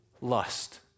lust